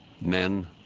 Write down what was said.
men